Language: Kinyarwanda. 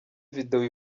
video